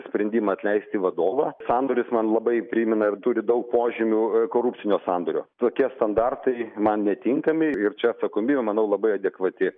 sprendimą atleisti vadovą sandoris man labai primena ir turi daug požymių e korupcinio sandorio tokie standartai man netinkami ir čia atsakomybė manau labai adekvati